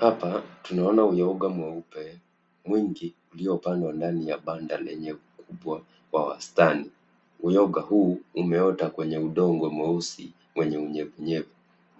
Hapa tunaona uyoga mweupe mwingi uliopandwa ndani ya banda lenye ukubwa wa wastani. Uyoga huu umeota kwenye udongo mweusi wenye unyevunyevu .